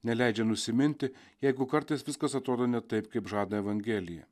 neleidžia nusiminti jeigu kartais viskas atrodo ne taip kaip žada evangelija